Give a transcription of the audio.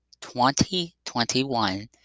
2021